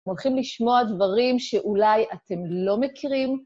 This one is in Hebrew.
הולכים לשמוע דברים שאולי אתם לא מכירים.